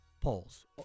polls